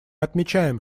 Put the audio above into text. отмечаем